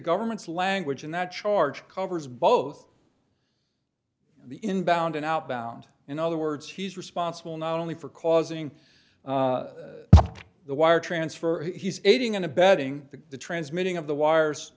government's language in that charge covers both the inbound and outbound in other words he's responsible not only for causing the wire transfer he's aiding and abetting the transmitting of the wires